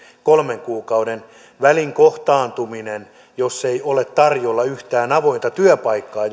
kolmen kuukauden välin kohtaantuminen jos ei ole tarjolla yhtään avointa työpaikkaa